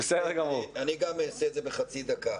אני אעשה את זה בחצי דקה.